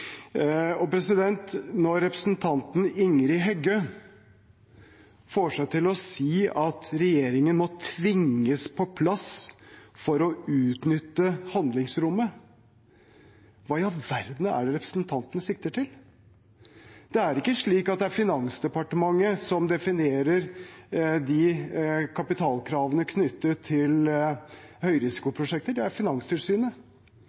å si at regjeringen må tvinges på plass for å utnytte handlingsrommet, hva i all verden er det hun sikter til? Det er ikke Finansdepartementet som definerer kapitalkravene knyttet til høyrisikoprosjekter. Det er Finanstilsynet. Som finansminister må jeg forholde meg til